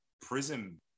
prism